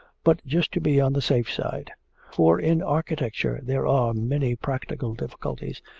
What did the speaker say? but just to be on the safe side for in architecture there are many practical difficulties,